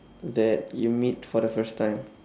that you meet for the first time